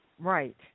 Right